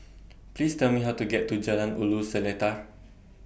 Please Tell Me How to get to Jalan Ulu Seletar